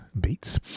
beats